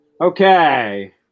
Okay